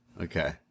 Okay